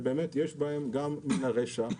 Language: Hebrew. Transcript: באמת יש בהם גם מן הרשע.